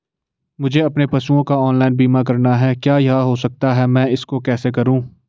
मुझे अपने पशुओं का ऑनलाइन बीमा करना है क्या यह हो सकता है मैं इसको कैसे करूँ?